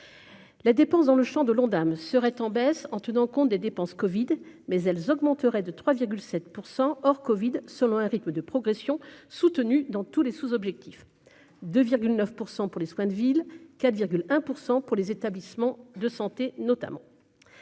la dépense dans le Champ de l'Ondam seraient en baisse en tenant compte des dépenses Covid mais elle augmenterait de 3 7 % hors Covid selon un rythme de progression soutenue dans tous les sous-objectifs 2 9 % pour les soins de ville 4 virgule un pour 100 pour les établissements de santé, notamment